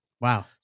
Wow